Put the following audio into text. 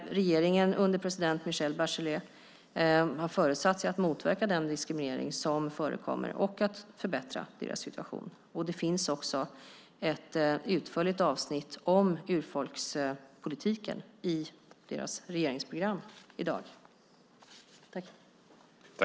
Regeringen, under president Michelle Bachelet, har föresatt sig att motverka den diskriminering som förekommer och att förbättra deras situation. Det finns också ett utförligt avsnitt om urfolkspolitiken i deras regeringsprogram i dag.